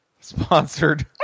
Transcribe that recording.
sponsored